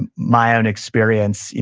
and my own experience,